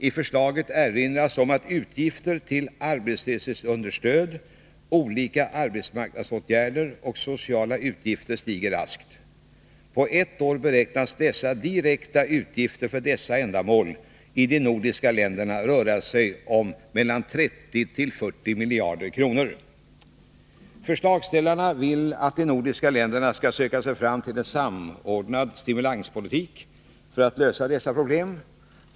I förslaget erinras om att utgifter till arbetslöshetsunderstöd, olika arbetsmarknadsåtgärder och sociala utgifter stiger raskt. På ett år beräknas de direkta utgifterna för dessa ändamål i de nordiska länderna röra sig om 30-40 miljarder kronor. Förslagsställarna vill att de nordiska länderna skall söka sig fram till en samordnad stimulanspolitik för att lösa dessa problem.